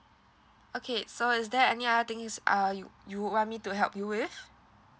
okay so is there any other things uh you you want me to help you with